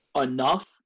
enough